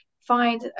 find